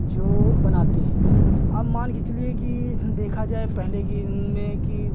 जो बनाती हैं आप मानकर चलिए कि देखा जाए पहले कि में कि